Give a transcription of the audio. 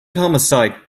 homicide